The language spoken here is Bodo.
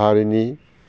हारिनि